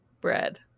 bread